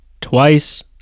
twice